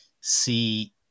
see